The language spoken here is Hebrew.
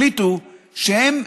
החליטו שהם